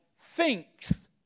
thinks